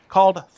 Called